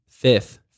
fifth